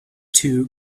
two